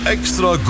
Extra